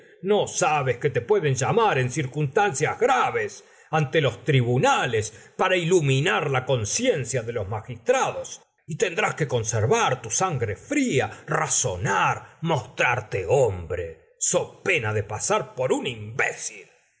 no sabes que te pueden llamar en circunstancias graves ante los tribunales para iluminar la conciencia de los magistrados y tendrás que conservar tu sangre fría razonar mostrarte hombre so pena de pasar por un imbécil